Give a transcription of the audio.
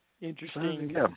Interesting